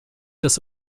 das